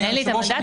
ואין לי את המנדט.